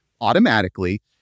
automatically